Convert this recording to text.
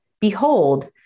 Behold